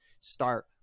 start